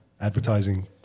advertising